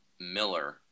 Miller